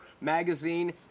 magazine